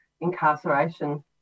incarceration